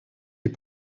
est